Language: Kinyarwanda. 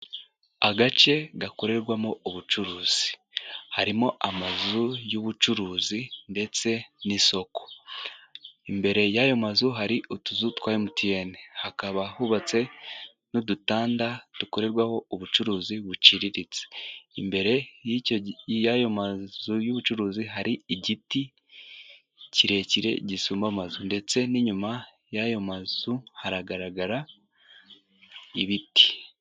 Agace gakorerwamo ubucuruzi, harimo amazu y'ubucuruzi ndetse n'isoko. Imbere y'ayo mazu hari utuzu twa MTN, hakaba hubatswe n'udutanda dukorerwaho ubucuruzi buciriritse. Imbere y'ayo mazu y'ubucuruzi hari igiti kirekire gisumba amazu ndetse n'inyuma y'ayo mazu haragaragara ibiti.